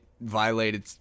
violated